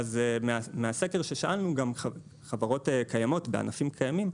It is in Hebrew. מהסקר ששאלנו גם חברות קיימות בענפים קיימים,